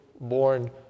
born